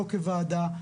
לא כוועדה,